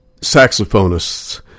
saxophonists